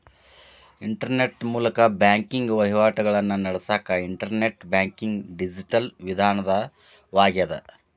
internet ಮೂಲಕ banking ವಹಿವಾಟಿಗಳನ್ನ ನಡಸಕ ಇಂಟರ್ನೆಟ್ ಬ್ಯಾಂಕಿಂಗ್ ಡಿಜಿಟಲ್ ವಿಧಾನವಾಗ್ಯದ